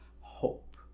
hope